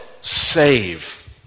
save